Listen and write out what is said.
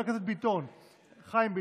חבר הכנסת חיים ביטון,